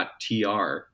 .tr